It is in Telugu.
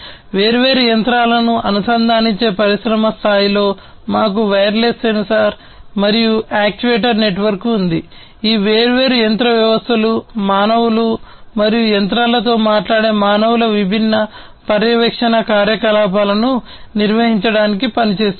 వేర్వేరు యంత్రాలను అనుసంధానించే పరిశ్రమ స్థాయిలో మాకు వైర్లెస్ సెన్సార్ మరియు యాక్యుయేటర్ నెట్వర్క్ ఉంది ఈ వేర్వేరు యంత్ర వ్యవస్థలు మానవులు మరియు యంత్రాలతో మాట్లాడే మానవుల విభిన్న పర్యవేక్షణ కార్యకలాపాలను నిర్వహించడానికి పని చేస్తున్నాయి